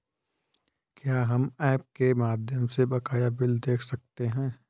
क्या हम ऐप के माध्यम से बकाया बिल देख सकते हैं?